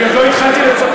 אני עוד לא התחלתי לצטט.